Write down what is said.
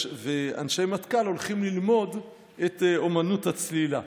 ואנשי סיירת מטכ"ל הולכים ללמוד את אומנות הצלילה.